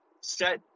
set